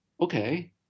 okay